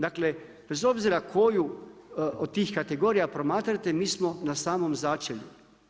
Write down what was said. Dakle, bez obzira koju od tih kategorija promatrate, mi smo na samom začelju.